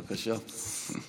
בבקשה.